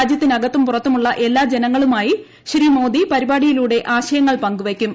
രാജ്യത്തിനകത്തും പുറത്തുമുള്ള എല്ലാ ജനങ്ങളുമായി ശ്രീ മോദി പരിപാടിയിലൂടെ ആശയങ്ങൾ പങ്കുവയ്ക്കും